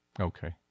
Okay